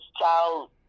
child